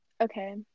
Okay